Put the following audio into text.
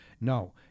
No